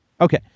Okay